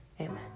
amen